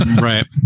Right